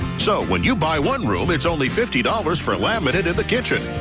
so when you buy one rule that only fifty dollars for laminate in the kitchen,